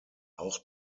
auch